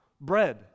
Bread